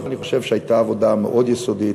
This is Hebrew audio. אני חושב שהייתה עבודה מאוד יסודית,